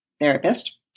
therapist